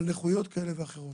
על נכויות כאלה ואחרות.